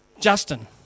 Justin